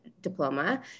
diploma